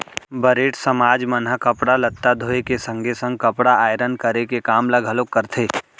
बरेठ समाज मन ह कपड़ा लत्ता धोए के संगे संग कपड़ा आयरन करे के काम ल घलोक करथे